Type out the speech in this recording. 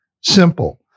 Simple